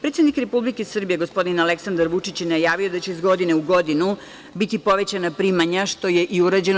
Predsednik Republike Srbije, gospodine Aleksandar Vučić, najavio je da će iz godine u godinu biti povećana primanja, što je i urađeno.